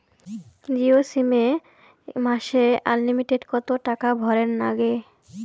Jio SIM এ মাসে unlimited কত টাকা ভরের নাগে?